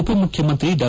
ಉಪಮುಖ್ಯಮಂತ್ರಿ ಡಾ